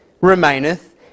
remaineth